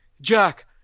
Jack –